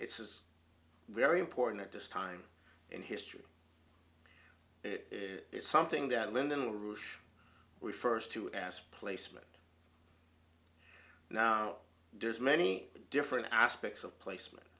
it's very important at this time in history it's something that lyndon la rouche refers to ask placement now there's many different aspects of placement